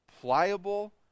pliable